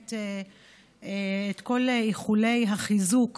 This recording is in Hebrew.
באמת את כל איחולי החיזוק,